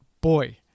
boy